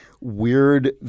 weird